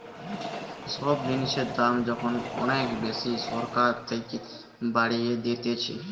সব জিনিসের দাম যখন অনেক বেশি সরকার থাকে বাড়িয়ে দিতেছে